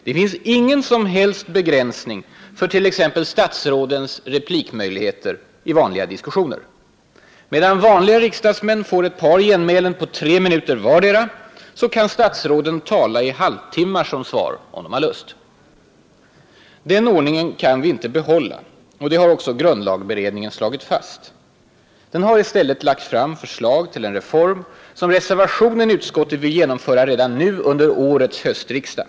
Det finns ingen som helst begränsning för exempelvis statsrådens replik möjligheter i vanliga diskussioner. Medan vanliga riksdagsledamöter får ett par genmälen på tre minuter vartdera kan statsråden tala i halvtimmar som svar, om de har lust. Den ordningen kan vi inte behålla, och det har också grundlagberedningen slagit fast. Den har i stället lagt fram förslag till en reform som vi reservanter vill genomföra redan nu, under årets höstriksdag.